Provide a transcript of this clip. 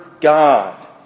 God